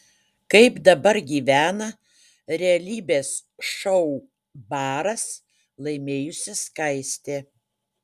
kaip dabar gyvena realybės šou baras laimėjusi skaistė